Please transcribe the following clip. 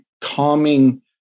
calming